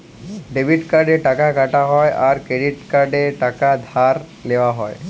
debit কার্ডে টাকা কাটা হ্যয় আর ক্রেডিটে টাকা ধার লেওয়া হ্য়য়